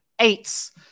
eights